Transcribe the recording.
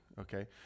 okay